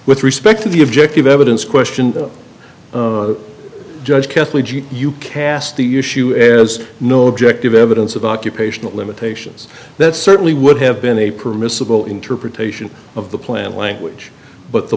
h respect to the objective evidence question the judge you cast the issue is no objective evidence of occupational limitations that certainly would have been a permissible interpretation of the plan language but the